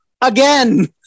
again